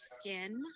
skin